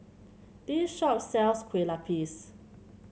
this shop sells Kue Lupis